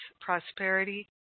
prosperity